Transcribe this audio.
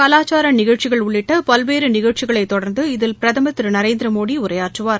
கலாச்சார நிகழ்ச்சிகள் உள்ளிட்ட பல்வேறு நிகழ்ச்சிகளை தொடர்ந்து இதில் பிரதமர் திரு நரேந்திர மோடி உரையாற்றுவார்